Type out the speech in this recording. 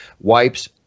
wipes